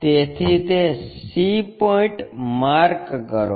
તેથી તે C point માર્ક કરો